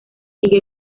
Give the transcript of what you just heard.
sigue